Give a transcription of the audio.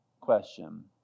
question